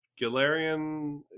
Galarian